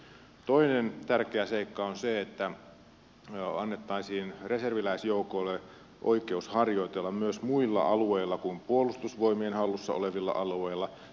toinen tärkeä seikka on se että annettaisiin reserviläisjoukoille oikeus harjoitella myös muilla alueilla kuin puolustusvoimien hallussa olevilla alueilla